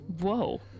Whoa